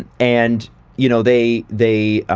and and you know, they, they.